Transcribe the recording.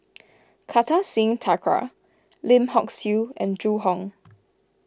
Kartar Singh Thakral Lim Hock Siew and Zhu Hong